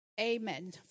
Amen